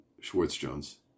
Schwartz-Jones